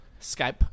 Skype